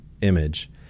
image